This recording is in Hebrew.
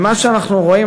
מה שאנחנו רואים,